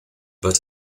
but